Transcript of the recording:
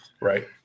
right